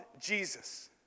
Jesus